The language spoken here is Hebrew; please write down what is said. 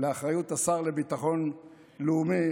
לאחריות השר לביטחון לאומי,